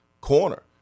corner